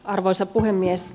arvoisa puhemies